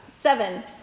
Seven